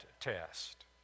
test